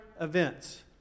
events